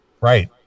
Right